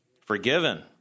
forgiven